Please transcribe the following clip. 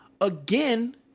again